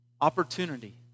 Opportunity